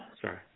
Sorry